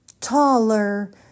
taller